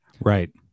Right